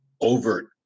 overt